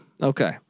Okay